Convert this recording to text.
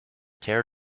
tear